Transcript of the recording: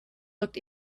looked